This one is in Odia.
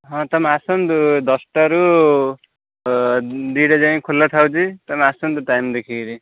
ହଁ ତୁମେ ଆସନ୍ତୁ ଦଶଟାରୁ ଦୁଇଟା ଯାଏଁ ଖୋଲା ଥାଉଚି ତୁମେ ଆସନ୍ତୁ ଟାଇମ୍ ଦେଖିକିରି